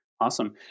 Awesome